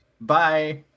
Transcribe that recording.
Bye